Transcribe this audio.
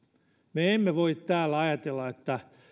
me emme voi täällä ajatella että